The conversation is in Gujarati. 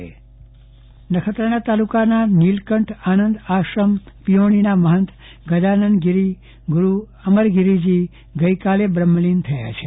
ચંદ્રવદન પદ્ટણી અવસાન નખત્રાણા તાલુકાના નિલકંઠજાનંદ આશ્રમ સિરોમણીના મહંત ગજાનનગિરી ગુરૃ અમરગીરી ગઈકાલે બ્રહ્મલી થયા છે